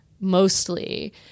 mostly